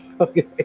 Okay